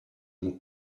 mon